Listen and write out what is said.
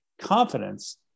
confidence